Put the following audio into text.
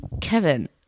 Kevin